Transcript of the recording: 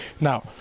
Now